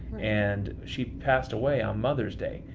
and she passed away on mother's day.